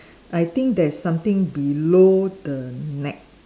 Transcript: I think there's something below the neck